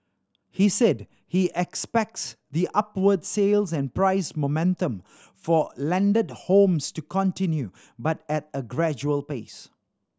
he said he expects the upward sales and price momentum for landed homes to continue but at a gradual pace